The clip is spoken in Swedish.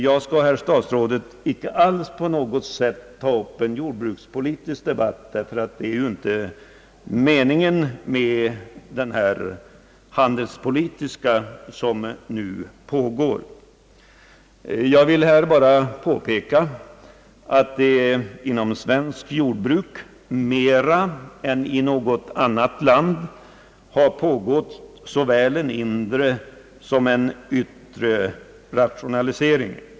Jag skall, herr statsråd, inte alls på något sätt ta upp en jordbrukspolitisk debatt, ty det är ju inte meningen med den handelspolitiska debatt som nu pågår. Jag vill här bara påpeka, att det inom svenskt jordbruk mer än i något annat land har pågått såväl en inre som en yttre rationalisering.